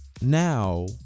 now